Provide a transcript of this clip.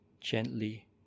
gently